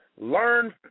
learn